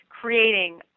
creating